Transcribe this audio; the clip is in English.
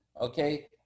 okay